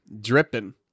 Dripping